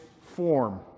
form